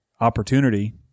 opportunity